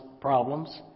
problems